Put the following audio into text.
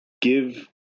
give